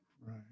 right